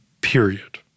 period